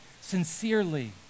sincerely